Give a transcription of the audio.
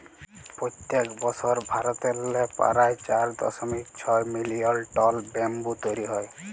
পইত্তেক বসর ভারতেল্লে পারায় চার দশমিক ছয় মিলিয়ল টল ব্যাম্বু তৈরি হ্যয়